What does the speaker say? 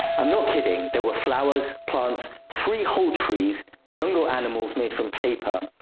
i'm not kidding there were flowers, plants, three whole trees, jungle animals made from paper,